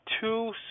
two